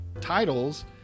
titles